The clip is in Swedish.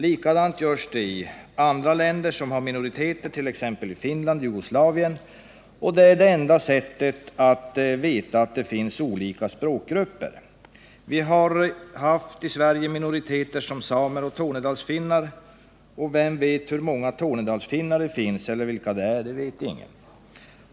Systemet har införts i andra länder som har minoriteter, t.ex. Finland och Jugoslavien, och det är den enda väg man kan gå för att få veta var det finns olika språkgrupper. Vi har i Sverige haft minoriteter som samer och Tornedalsfinnar, och vem vet i dag hur många Tornedalsfinnar det finns eller vilka de är? Det vet ingen.